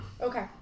okay